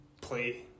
play